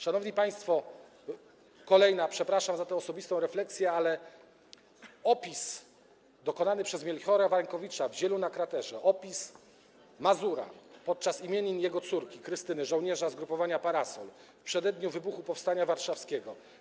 Szanowni państwo, kolejny - przepraszam za tę osobistą refleksję - opis dokonany przez Melchiora Wańkowicza w „Zielu na kraterze”, opis mazura podczas imienin jego córki Krystyny, żołnierza zgrupowania „Parasol”, w przededniu wybuchu Powstania Warszawskiego.